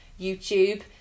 YouTube